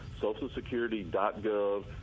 socialsecurity.gov